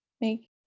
make